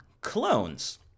clones